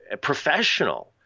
professional